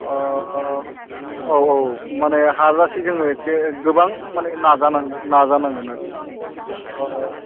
अ औ औ माने हाजासिम जोङो एखे गोबां माने नाजानांगोन आरोखि